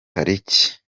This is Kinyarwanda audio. tariki